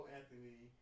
Anthony